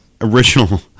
original